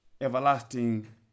everlasting